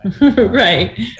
right